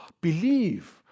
believe